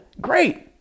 great